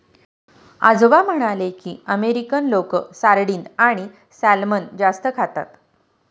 आजोबा म्हणाले की, अमेरिकन लोक सार्डिन आणि सॅल्मन जास्त खातात